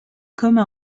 comme